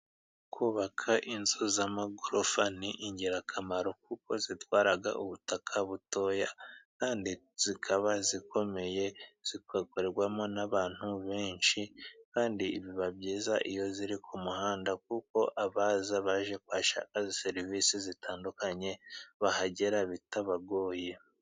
Kubaka inzu z'amagorofa ni ingirakamaro kuko zitwara ubutaka butoya kandi zikaba zikomeye, zikorerwamo n'abantu benshi, kandi biba byiza iyo ziri ku muhanda kuko abaza baje kuhashaka serivisi zitandukanye bahagera bitabagoye.